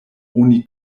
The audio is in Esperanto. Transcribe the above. oni